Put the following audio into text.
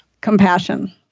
Compassion